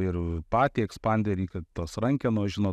ir patį ekspanderį kad tos rankenos žino